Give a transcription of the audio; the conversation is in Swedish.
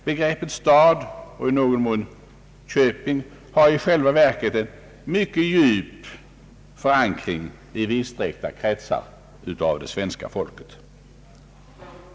Begreppet stad, och i någon mån begreppet köping, har i själva verket en mycket djup förankring i vida kretsar av svenska folket.